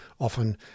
often